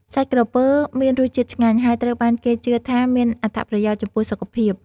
សាច់ក្រពើមានរសជាតិឆ្ងាញ់ ហើយត្រូវបានគេជឿថាមានអត្ថប្រយោជន៍ចំពោះសុខភាព។